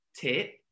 tip